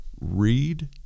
Read